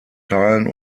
teilen